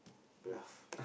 bluff